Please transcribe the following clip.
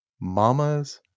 Mama's